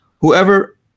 Whoever